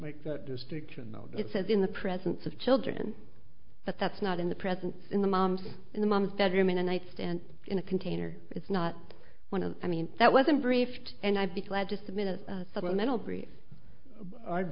make that distinction it says in the presence of children but that's not in the present in the mom's in the mom's bedroom in a night stand in a container it's not one of i mean that wasn't briefed and i'd be glad to submit a supplemental